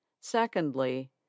Secondly